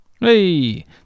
Hey